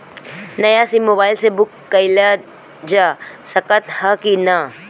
नया SIM mobile से book कइलजा सकत ह कि ना?